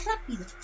rápido